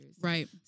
right